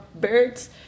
birds